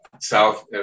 South